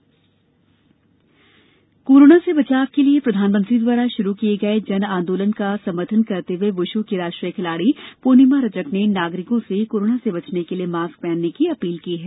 जन आंदोलन कोरोना से बचाव के लिए प्रधानमंत्री द्वारा शुरू किये गये जन आंदोलन का समर्थन करते हुए वुशु की राष्ट्रीय खिलाड़ी पूर्णिमा रजक ने नागरिकों से कोरोना से बचने के लिए मास्क पहनने की अपील की है